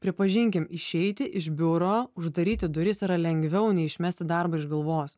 pripažinkim išeiti iš biuro uždaryti duris yra lengviau nei išmesti darbą iš galvos